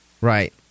Right